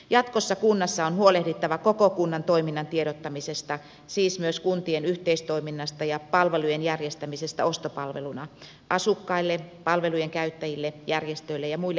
jatkossa kunnassa on huolehdittava koko kunnan toiminnan tiedottamisesta siis myös kuntien yhteistoiminnasta ja palvelujen järjestämisestä ostopalveluna asukkaille palvelujen käyttäjille järjestöille ja muille yhteisöille